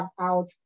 out